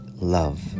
Love